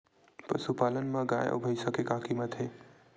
पशुपालन मा गाय अउ भंइसा के का कीमत हे?